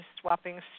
swapping